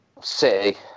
City